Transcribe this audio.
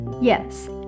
Yes